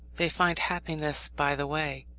they find happiness by the way.